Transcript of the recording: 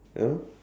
ya lor